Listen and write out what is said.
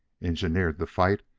engineered the fight,